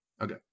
Okay